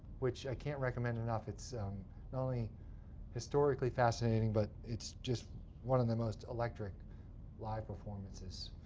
which i can't recommend enough. it's not only historically fascinating, but it's just one of the most electric live performances.